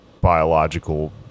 biological